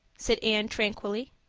said anne tranquilly.